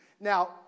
Now